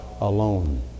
alone